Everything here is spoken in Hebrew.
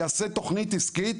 יעשה תוכנית עסקית,